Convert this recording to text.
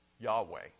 Yahweh